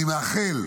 אני מאחל,